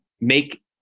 make